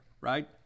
right